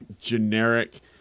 generic